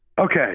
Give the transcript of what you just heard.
Okay